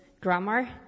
grammar